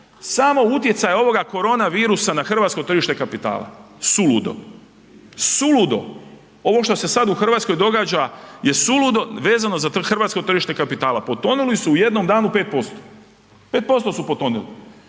samo utjecaj ovoga korona virusa na hrvatsko tržište kapitala. Suludo. Suludo. Ovo što se sad u Hrvatskoj događa je suludo vezano za hrvatsko tržište kapitala. Potonuli su u jednom danu 5%. 5% su potonuli,